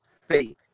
faith